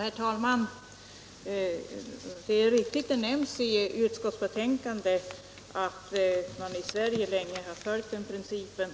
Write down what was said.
Herr talman! Det är riktigt att det nämns i utskottsbetänkandet att man i Sverige länge har följt principen